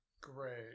Great